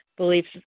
beliefs